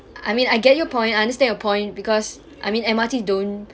I mean I get your point I understand your point because I mean M_R_T don't